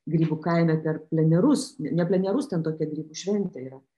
grybų kaime per plenerus ne plenerus ten tokia grybų šventė yra